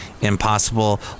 impossible